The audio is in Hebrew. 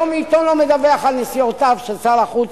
שום עיתון לא מדווח על נסיעותיו של שר החוץ,